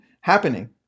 happening